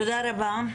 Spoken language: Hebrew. תודה רבה.